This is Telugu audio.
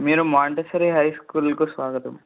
మీరు మాంటిస్సోరి హై స్కూల్కి స్వాగతం